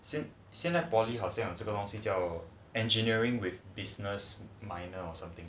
现在 nepali 好像这个东西叫 engineering with business minor or something